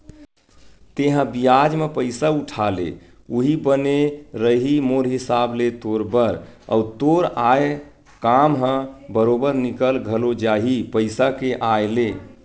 तेंहा बियाज म पइसा उठा ले उहीं बने रइही मोर हिसाब ले तोर बर, अउ तोर आय काम ह बरोबर निकल घलो जाही पइसा के आय ले